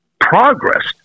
progress